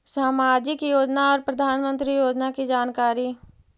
समाजिक योजना और प्रधानमंत्री योजना की जानकारी?